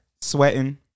Sweating